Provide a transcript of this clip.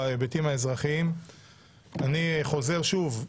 אני אשמח להסביר.